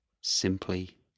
simply